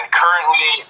currently